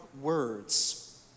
words